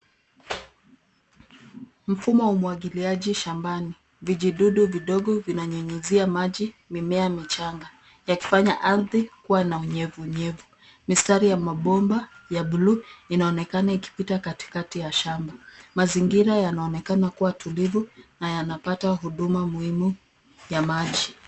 Mfumo wa umwagiliaji shambani. Vijidudu vidogo vinanyunyizia maji mimea michanga, yakifanya ardhi kuwa na unyevu unyevu. Mistari ya mabomba ya buluu, inaonekana ikipita katikati ya shamba. Mazingira yanaonekana kuwa tulivu, na yanapata huduma muhimu ya maji.